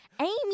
Amy